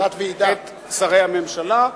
את שרי הממשלה,